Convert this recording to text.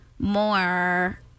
more